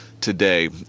today